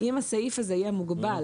אם הסעיף הזה יהיה מוגבל,